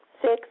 six